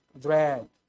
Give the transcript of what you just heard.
dread